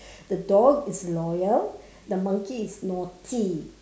the dog is loyal the monkey is naughty